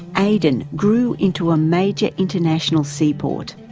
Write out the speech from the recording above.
aden grew into a major international sea port.